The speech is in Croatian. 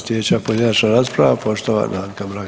Sljedeća pojedinačna rasprava poštovana Anka Mrak